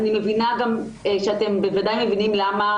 אני מבינה שאתם בוודאי גם מבינים למה